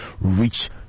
reach